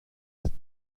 cette